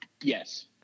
Yes